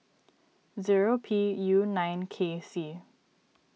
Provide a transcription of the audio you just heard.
zero P U nine K C